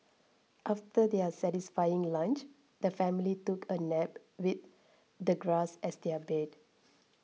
after their satisfying lunch the family took a nap with the grass as their bed